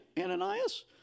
ananias